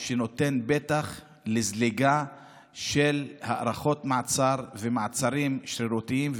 שנותן פתח לזליגה של הארכות מעצר ומעצרים שרירותיים,